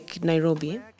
Nairobi